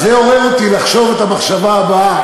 אז זה עורר אותי לחשוב את המחשבה הבאה,